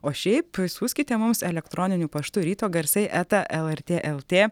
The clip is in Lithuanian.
o šiaip siųskite mums elektroniniu paštu ryto garsai eta lrt lt